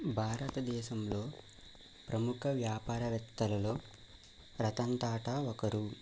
భారతదేశంలో ప్రముఖ వ్యాపారవేత్తలలో రతన్ టాటా ఒకరు